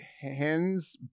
Hens